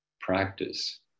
practice